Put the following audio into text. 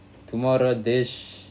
tomorrow test